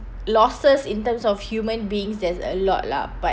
losses in terms of human beings there's a lot lah but